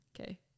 Okay